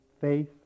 faith